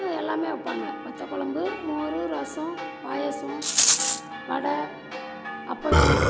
எல்லாம் வைப்பாங்க வத்தக்கொழம்பு மோரு ரசம் பாயசம் வடை அப்பளம்